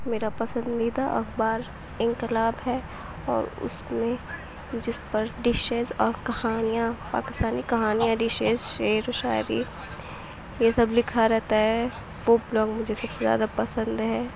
میرا پسندیدہ اخبار اِنقلاب ہے اور اُس میں جس پر ڈشز اور کہانیاں پاکستانی کہانیاں ڈشز شعر و شاعری یہ سب لکھا رہتا ہے وہ بلاگ مجھے سب سے زیادہ پسند ہے